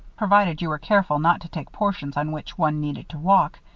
provided you were careful not to take portions on which one needed to walk.